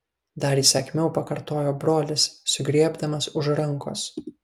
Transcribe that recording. dar įsakmiau pakartojo brolis sugriebdamas už rankos